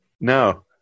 No